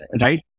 right